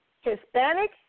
Hispanic